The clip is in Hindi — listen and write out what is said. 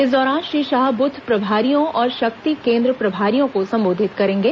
इस दौरान श्री शाह ब्रथ प्रभारियों और शक्ति केंद्र प्रभारियों को संबोधित करेंगे